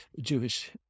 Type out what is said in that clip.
Jewish